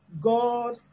God